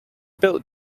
built